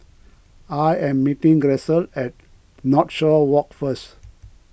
I am meeting Grisel at Northshore Walk first